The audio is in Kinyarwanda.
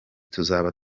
tuzaba